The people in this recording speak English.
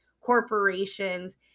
corporations